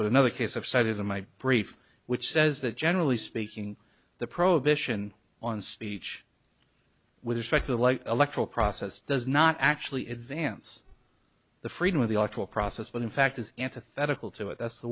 but another case of cited in my brief which says that generally speaking the prohibition on speech with respect to light electoral process does not actually advance the freedom of the op to a process when in fact is antithetical to it that's the